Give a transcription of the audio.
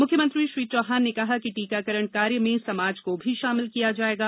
मुख्यमंत्री श्री चौहान ने कहा कि टीकाकरण कार्य में समाज को भी शामिल किया जाएगा